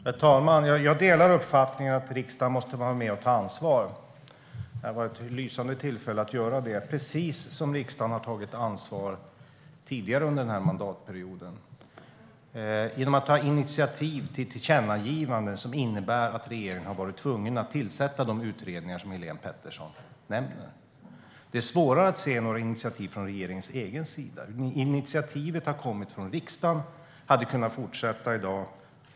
Herr talman! Jag delar uppfattningen att riksdagen måste vara med och ta ansvar. Det här var ett lysande tillfälle att göra det, precis som riksdagen har tagit ansvar tidigare under den här mandatperioden genom att ta initiativ till tillkännagivanden som innebär att regeringen har varit tvungen att tillsätta de utredningar som Helene Petersson nämner. Det är svårare att se några initiativ från regeringens egen sida. Initiativet har kommit från riksdagen och hade kunnat fortsätta i dag.